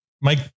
Mike